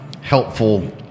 helpful